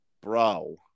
bro